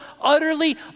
utterly